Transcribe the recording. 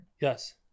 Yes